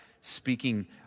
speaking